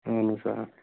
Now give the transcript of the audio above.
اَہَن حظ آ